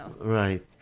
Right